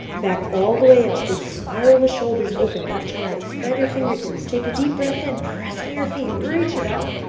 back all the way up. we spiral the shoulders open, left to right. spread your fingertips. take a deep breath in. press into your feet. reach it up.